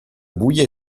buia